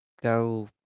go